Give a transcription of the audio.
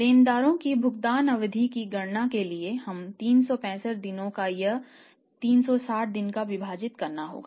लेनदारों की भुगतान अवधि की गणना के लिए हमें 365 दिनों का या 360 दिनों का विभाजित करना होगा